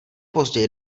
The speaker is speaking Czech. později